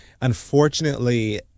Unfortunately